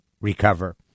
recover